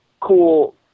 cool